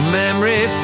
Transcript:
memory